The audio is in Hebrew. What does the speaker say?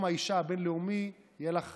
ביום האישה הבין-לאומי, יהיה לך